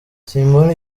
simbona